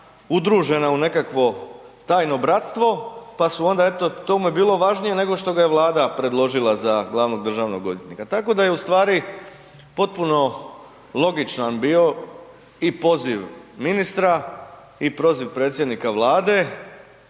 udružena u nekakvo tajno bratstvo pa eto to mu je bilo važnije nego što ga je Vlada predložila za glavnog državnog odvjetnika. Tako da je ustvari potpuno logičan bio i poziv ministra i proziv predsjednika Vlade,